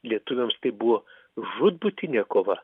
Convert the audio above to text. lietuviams tai buvo žūtbūtinė kova